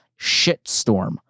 shitstorm